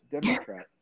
Democrat